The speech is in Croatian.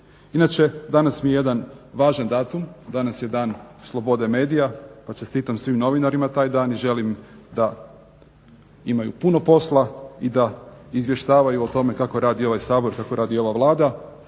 Inače, danas mi je jedan važan datum. Danas je dan slobode medija, pa čestitam svim novinarima taj dan i želim da imaju puno posla i da izvještavaju o tome kako radi ovaj Sabor, kako radi ova Vlada,